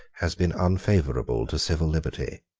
has been unfavourable to civil liberty